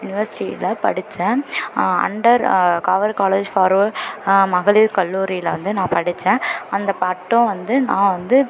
யூனிவர்சிட்டியில் படித்தேன் under cover college for மகளிர் கல்லூரியில் வந்து நான் படித்தேன் அந்த பட்டம் வந்து நான் வந்து